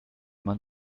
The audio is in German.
man